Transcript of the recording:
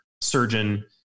surgeon